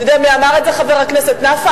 אתה יודע מי אמר את זה, חבר הכנסת נפאע?